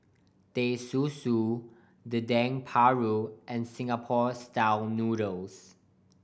Teh Susu Dendeng Paru and Singapore Style Noodles